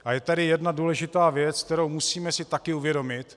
A je tady jedna důležitá věc, kterou si musíme také uvědomit.